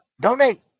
Donate